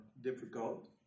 difficult